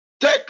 take